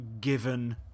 given